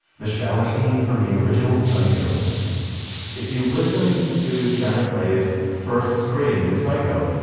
the shower scene from the original psycho if you listen to janet leigh's first scream in psycho